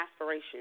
aspiration